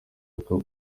uko